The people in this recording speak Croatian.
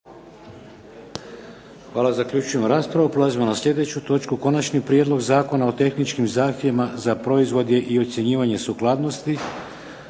**Šeks, Vladimir (HDZ)** Prelazimo na slijedeću točku. - Konačni prijedlog zakona o tehničkim zahtjevima za proizvode i ocjenjivanju sukladnosti,